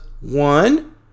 one